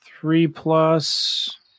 three-plus